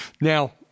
Now